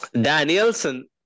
Danielson